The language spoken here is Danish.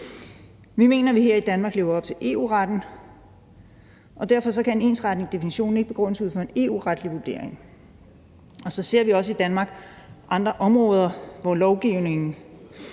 Vi mener, at vi her i Danmark lever op til EU-retten, og derfor kan en ensretning af definitionen ikke begrundes ud fra en EU-retlig vurdering. Så ser vi også i Danmark andre områder, hvor flere lovgivninger